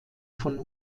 von